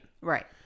Right